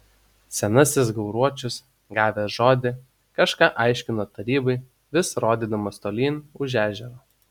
senasis gauruočius gavęs žodį kažką aiškino tarybai vis rodydamas tolyn už ežero